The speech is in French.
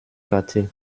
quater